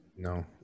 No